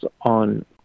on